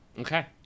okay